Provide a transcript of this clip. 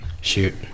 shoot